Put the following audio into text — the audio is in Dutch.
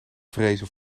vrezen